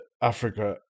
Africa